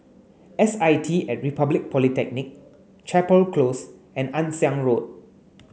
S I T at Republic Polytechnic Chapel Close and Ann Siang Road